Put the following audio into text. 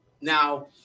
Now